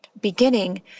beginning